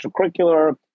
extracurricular